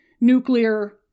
nuclear